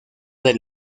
del